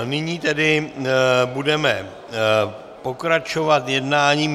Nyní tedy budeme pokračovat jednáním.